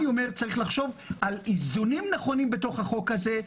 צריך לחשוב על איזונים נכונים ושינויים נכונים בחוק הזה,